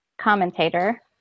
commentator